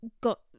got